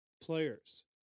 players